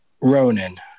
Ronan